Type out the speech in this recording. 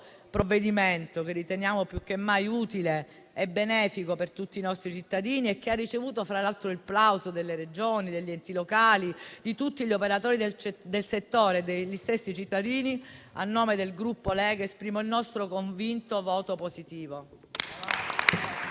provvedimento, che riteniamo più che mai utile e benefico per tutti i nostri cittadini e che ha ricevuto, fra l'altro, il plauso delle Regioni, degli enti locali, di tutti gli operatori del settore e degli stessi cittadini, a nome del Gruppo Lega esprimo il convinto voto favorevole.